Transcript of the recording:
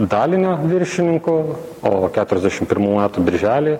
dalinio viršininku o keturiasdešim pirmų metų birželį